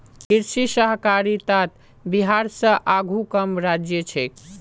कृषि सहकारितात बिहार स आघु कम राज्य छेक